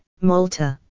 Malta